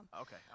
okay